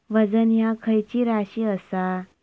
वजन ह्या खैची राशी असा?